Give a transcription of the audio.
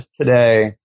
today